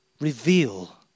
Reveal